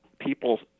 people